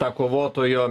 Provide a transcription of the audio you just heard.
tą kovotojo